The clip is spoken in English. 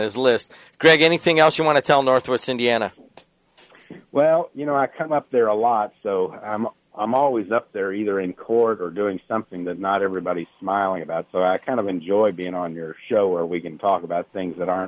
his list greg anything else you want to tell northwest indiana well you know i come up there a lot so i'm always up there either in court or doing something that not everybody smiling about kind of enjoyed being on your show or we can talk about things that aren't